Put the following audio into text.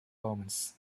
omens